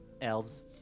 Elves